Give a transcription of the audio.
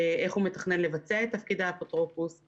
איך הוא מתכנן לבצע את תפקידי האפוטרופוס,